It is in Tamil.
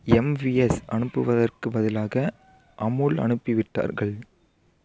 எம்விஎஸ் அனுப்புவதற்குப் பதிலாக அமுல் அனுப்பிவிட்டார்கள்